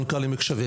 מנכ"ל 'עמק שווה',